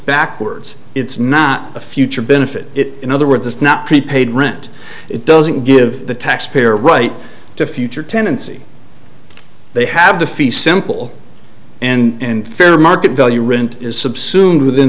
backwards it's not a future benefit it in other words it's not prepaid rent it doesn't give the taxpayer a right to future tenancy they have the fee simple and fair market value rent is subsumed within